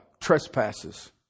trespasses